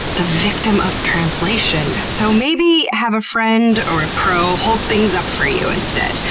the victim of translation! so, maybe have a friend or a pro hold things up for you instead.